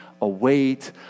await